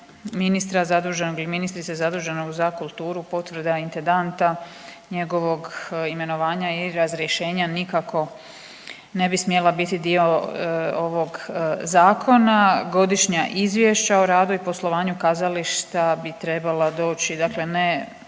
ministra zaduženog ili ministrice zaduženog za kulturu, potvrda intendanta, njegovog imenovanja i razrješenja nikako ne bi smjela biti dio ovog zakona. Godišnja izvješća o radu i poslovanju kazališta bi trebala doći dakle ne